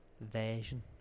version